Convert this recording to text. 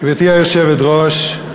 גברתי היושבת-ראש,